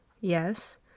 Yes